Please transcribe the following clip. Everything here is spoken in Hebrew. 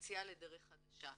ויציאה לדרך חדשה.